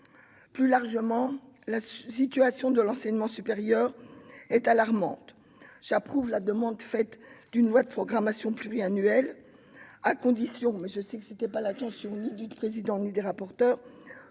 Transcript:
Plus largement, la situation de l'enseignement supérieur est elle aussi alarmante. J'approuve la demande d'une loi de programmation pluriannuelle, à condition- mais je sais que telle n'est pas l'intention du président et de la rapporteure